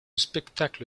spectacle